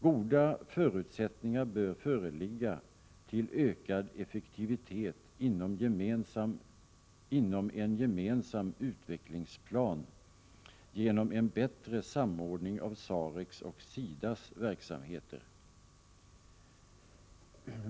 Goda förutsättningar bör föreligga till ökad effektivitet inom en gemensam utvecklingsplan genom en bättre samordning av SAREC:s och SIDA:s verksamheter.